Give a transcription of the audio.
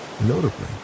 Notably